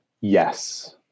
Yes